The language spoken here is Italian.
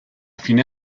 fine